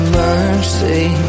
mercy